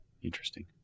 Interesting